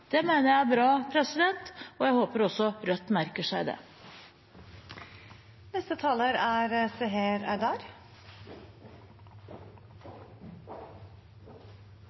Det mener jeg er bra, og jeg håper også Rødt merker seg det. Midler til feriepenger er